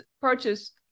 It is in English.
purchase